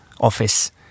office